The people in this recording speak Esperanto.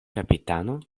kapitano